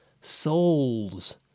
souls